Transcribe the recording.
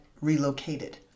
relocated